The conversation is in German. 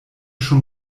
schon